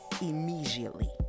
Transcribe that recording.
Immediately